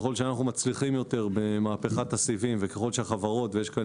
ככל שאנחנו מצליחים יותר במהפכת הסיבים וככל שהחברות ויש כאן